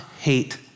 hate